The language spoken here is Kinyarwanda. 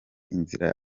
inzira